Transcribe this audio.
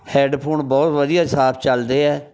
headphone ਬਹੁਤ ਵਧੀਆ ਸਾਫ਼ ਚੱਲਦੇ ਹੈ